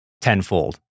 tenfold